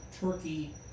turkey